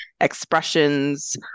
expressions